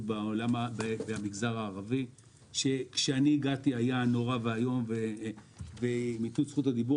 במגזר הערבי שהיה נורא ואיום כשהגעתי.